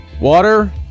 Water